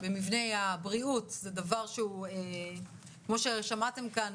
במבני הבריאות, זה דבר שהוא כמו ששמעתם כאן